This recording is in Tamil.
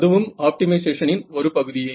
அதுவும் ஆப்டிமைசேஷனின் ஒரு பகுதியே